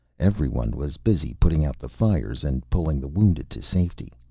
everyone was busy putting out the fires and pulling the wounded to safety.